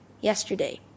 yesterday